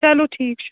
چلو ٹھیٖک چھُ